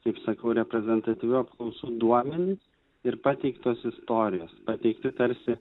kaip sakau reprezentatyvių apklausų duomenys ir pateiktos istorijos pateikti tarsi